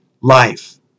life